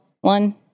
one